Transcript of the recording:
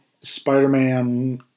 Spider-Man